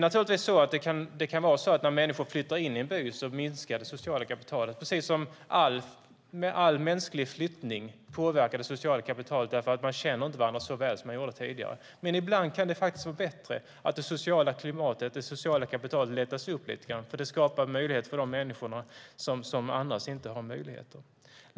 När människor flyttar in i en by kan det sociala kapitalet minska. All mänsklig flyttning påverkar det sociala kapitalet, för man känner inte varandra lika väl som man gjorde tidigare. Ibland är det dock bättre att det sociala klimatet och kapitalet lättas upp lite grann, för det skapar möjligheter för de människor som annars inte skulle ha dem. Mattias Karlsson!